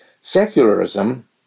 Secularism